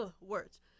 words